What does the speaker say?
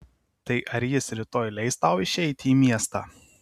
tai ar jis rytoj leis tau išeiti į miestą